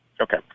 Okay